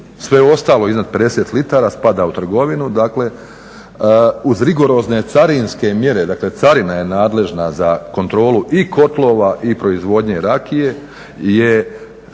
sve ostalo iznad 50 litara spada u trgovinu. Dakle, uz rigorozne carinske mjere, dakle carina je nadležna za kontrolu i kotlova i proizvodnje rakije je